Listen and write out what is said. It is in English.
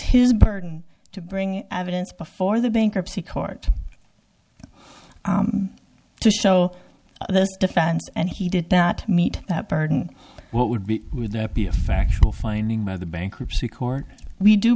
his burden to bring evidence before the bankruptcy court to show those defense and he did not meet that burden what would be would that be a factual finding by the bankruptcy court we do